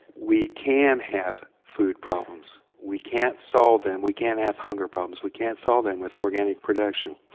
we can have food problems. we can't solve them. we can't have hunger problems. we can't solve them with organic production.